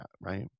Right